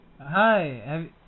Hi